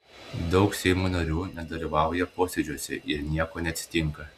daug seimo narių nedalyvauja posėdžiuose ir nieko neatsitinka